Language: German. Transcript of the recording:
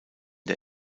der